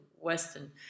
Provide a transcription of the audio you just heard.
Western